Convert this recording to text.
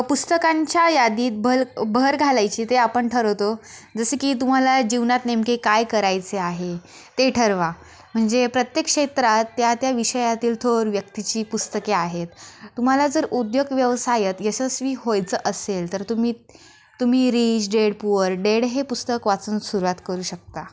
पुस्तकांच्या यादीत भल भर घालायची ते आपण ठरवतो जसं की तुम्हाला जीवनात नेमके काय करायचे आहे ते ठरवा म्हणजे प्रत्येक क्षेत्रात त्या त्या विषयातील थोर व्यक्तीची पुस्तके आहेत तुम्हाला जर उद्योग व्यवसायात यशस्वी व्हायचं असेल तर तुम्ही तुम्ही रीच डेड पुअर डेड हे पुस्तक वाचून सुरुवात करू शकता